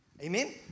Amen